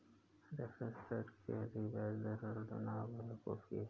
reference rate से अधिक ब्याज पर ऋण लेना बेवकूफी है